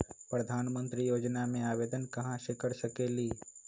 प्रधानमंत्री योजना में आवेदन कहा से कर सकेली?